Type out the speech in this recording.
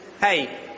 Hey